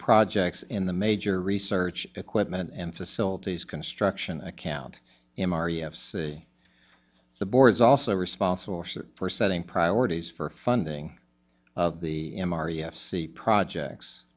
projects in the major research equipment and facilities construction accounting m r e f c the board is also responsible for setting priorities for funding of the m r e s c projects